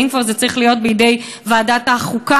ואם כבר זה צריך להיות בידי ועדת החוקה,